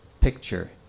picture